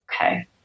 Okay